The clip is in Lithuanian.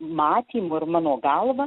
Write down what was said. matymu ir mano galva